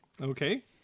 Okay